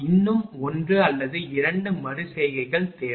இன்னும் ஒன்று அல்லது 2 மறு செய்கை தேவை